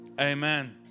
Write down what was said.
amen